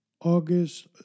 August